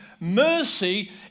Mercy